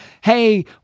Hey